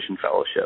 fellowship